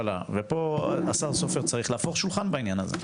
ופה השר סופר צריך להפוך שולחן בעניין הזה.